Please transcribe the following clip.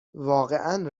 واقعا